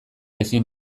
ezin